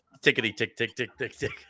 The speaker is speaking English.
Tickety-tick-tick-tick-tick-tick